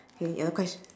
okay your ques~